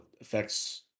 affects